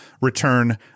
return